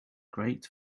great